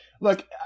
Look